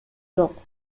жок